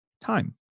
time